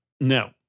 No